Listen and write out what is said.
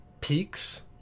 peaks